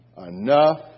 enough